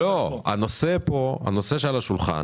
הנושא על השולחן,